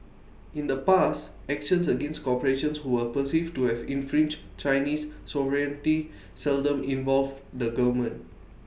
in the past actions against corporations who were perceived to have infringed Chinese sovereignty seldom involved the government